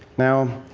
now,